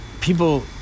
People